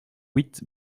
huit